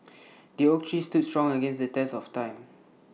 the oak tree stood strong against the test of time